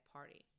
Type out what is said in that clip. Party